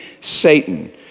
Satan